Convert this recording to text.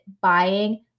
buying